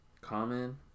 Common